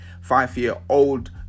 five-year-old